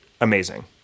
Amazing